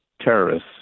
terrorists